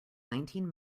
nineteen